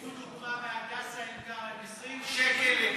שייקחו דוגמה מהדסה עין כרם: 20 שקל על כל היום,